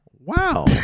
Wow